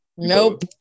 nope